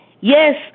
yes